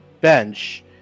bench